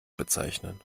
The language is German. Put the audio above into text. bezeichnen